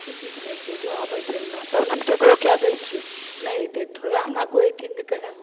खुशीसे कहै छिए जँ आबै छै हमरा तब ने हम ककरो कै दै छिए नहि अएतै तऽ थोड़बे हमरा कोइ अइथिन रहै कहै